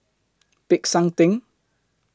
Peck San Theng